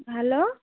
hello